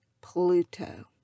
Pluto